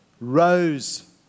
rose